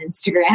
Instagram